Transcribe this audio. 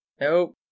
Nope